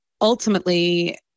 ultimately